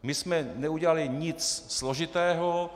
My jsme neudělali nic složitého.